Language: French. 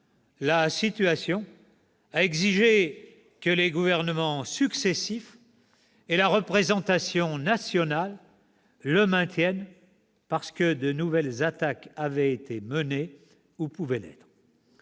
la situation a exigé que les gouvernements successifs et la représentation nationale le maintiennent, de nouvelles attaques ayant été menées ou pouvant l'être.